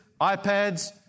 iPads